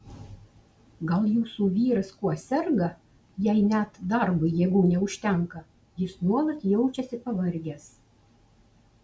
gal jūsų vyras kuo serga jei net darbui jėgų neužtenka jis nuolat jaučiasi pavargęs